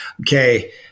okay